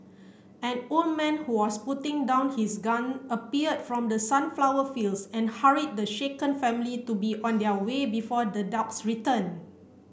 an old man who was putting down his gun appeared from the sunflower fields and hurried the shaken family to be on their way before the dogs return